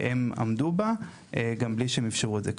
הם עמדו בה, גם בלי שהם אפשרו את זה.